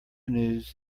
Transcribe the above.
news